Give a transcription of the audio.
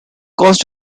cost